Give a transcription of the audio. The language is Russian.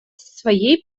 своей